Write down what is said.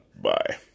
Bye